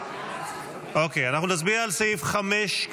נצביע על סעיף 5,